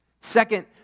Second